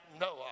Noah